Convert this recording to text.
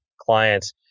clients